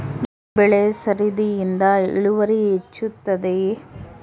ಬೆಳೆ ಸರದಿಯಿಂದ ಇಳುವರಿ ಹೆಚ್ಚುತ್ತದೆಯೇ?